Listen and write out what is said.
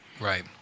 Right